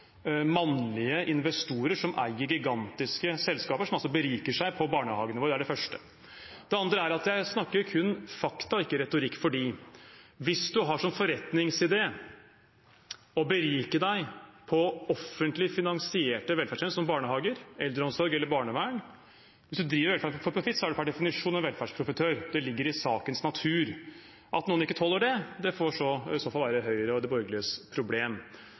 mannlige investorer som eier gigantiske selskaper som beriker seg på barnehagene våre. Det andre er at jeg snakker kun fakta, ikke retorikk. For hvis man har som forretningsidé å berike seg på offentlig finansierte velferdsytelser som barnehage, eldreomsorg eller barnevern, og driver velferd for profitt, er man per definisjon en velferdsprofitør. Det ligger i sakens natur. At noen ikke tåler det, får i så fall være Høyres og de borgerliges problem.